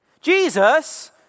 Jesus